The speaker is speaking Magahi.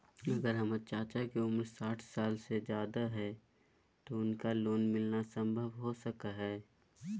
अगर हमर चाचा के उम्र साठ साल से जादे हइ तो उनका लोन मिलना संभव हो सको हइ?